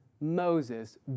Moses